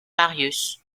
marius